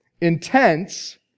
intense